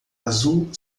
azul